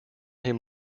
him